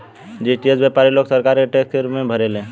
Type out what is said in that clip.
GST व्यापारी लोग सरकार के टैक्स के रूप में भरेले